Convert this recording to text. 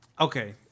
Okay